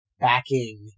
backing